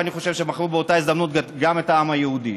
ואני חושב שמכרו באותה הזדמנות גם את העם היהודי,